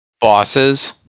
bosses